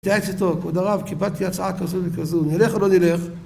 תתייעץ איתו, כבוד הרב, קיבלתי הצעה כזו וכזו, נלך או לא נלך